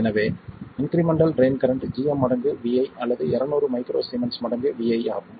எனவே incremental drain current gm மடங்கு vi அல்லது 200 மைக்ரோ சீமென்ஸ் மடங்கு vi ஆகும்